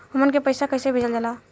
हमन के पईसा कइसे भेजल जाला?